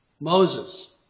Moses